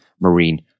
Marine